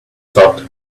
thought